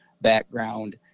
background